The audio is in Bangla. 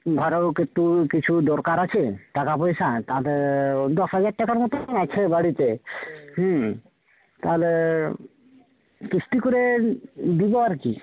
ওকে একটু কিছু দরকার আছে টাকা পয়সা তাতে ও দশ হাজার টাকার মতন আছে বাড়িতে হুম তাহলে কিস্তি করে দেবো আর কি